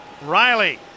Riley